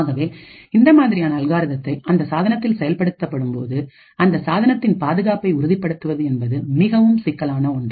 ஆகவே இந்த மாதிரியான அல்காரிதத்தை அந்த சாதனத்தில் செயல்படும்போது அந்த சாதனத்தின் பாதுகாப்பை உறுதிப்படுத்துவது என்பது மிகவும் சிக்கலான ஒன்று